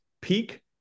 peak